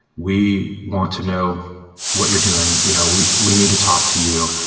we want to know what you're doing. you know we we need to talk to you.